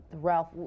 Ralph